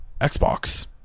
xbox